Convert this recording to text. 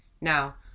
Now